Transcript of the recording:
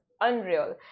unreal